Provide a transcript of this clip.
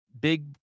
big